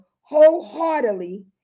wholeheartedly